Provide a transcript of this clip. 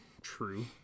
true